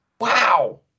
Wow